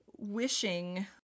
wishing